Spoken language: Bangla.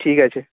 ঠিক আছে